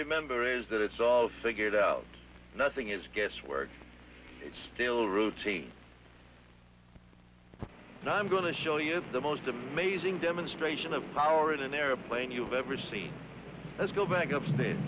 remember is that it's all figured out nothing is guesswork it's still routine and i'm going to show you the most amazing demonstration of power in an airplane you've ever seen let's go back up sta